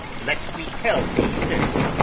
let me tell thee this